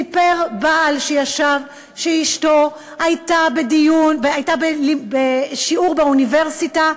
סיפר בעל שאשתו הייתה בשיעור באוניברסיטה,